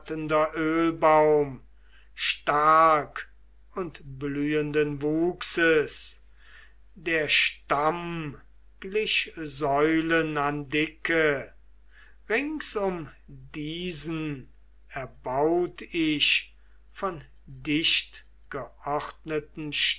stark und blühenden wuchses der stamm glich säulen an dicke rings um diesen erbaut ich von dichtgeordneten